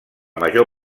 major